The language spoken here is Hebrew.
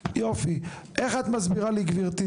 איך את מסבירה לי גברתי,